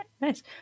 nice